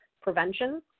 prevention